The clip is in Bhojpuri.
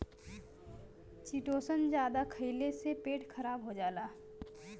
चिटोसन जादा खइले से पेट खराब हो जाला